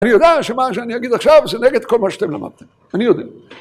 אני יודע שמה שאני אגיד עכשיו זה נגד כל מה שאתם למדתם, אני יודע.